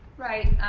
right,